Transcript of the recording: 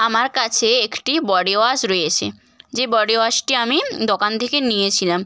আমার কাছে একটি বডি ওয়াশ রয়েছে যে বডি ওয়াশটি আমি দোকান থেকে নিয়েছিলাম